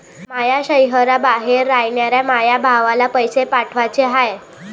माया शैहराबाहेर रायनाऱ्या माया भावाला पैसे पाठवाचे हाय